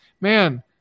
Man